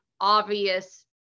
obvious